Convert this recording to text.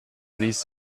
ließ